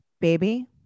Baby